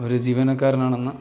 ഒരു ജീവനക്കാരനാണെന്ന